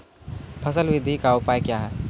फसल बृद्धि का उपाय क्या हैं?